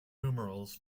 numerals